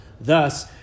thus